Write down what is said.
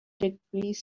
degrees